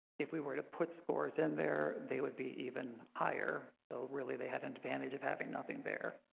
if we were to put scores in there. they would be even higher. oh, really? they had an advantage of having nothing there